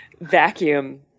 vacuum